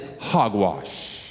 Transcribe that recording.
hogwash